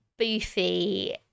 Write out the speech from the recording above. boofy